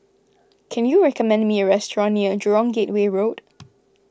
can you recommend me a restaurant near Jurong Gateway Road